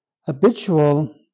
habitual